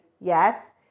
yes